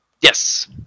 Yes